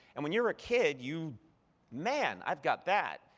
and when you're a kid, you man, i've got that.